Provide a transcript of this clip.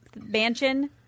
mansion